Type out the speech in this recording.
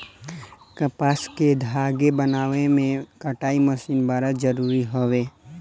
कपास से धागा बनावे में कताई मशीन बड़ा जरूरी हवे